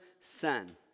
sin